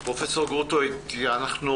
פרופ' גרוטו, היינו